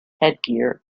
headgear